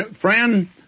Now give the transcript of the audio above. friend